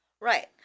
Right